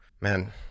man